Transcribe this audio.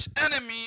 enemy